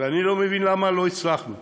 ואני לא מבין למה לא הצלחנו.